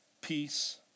peace